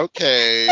Okay